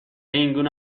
اینگونه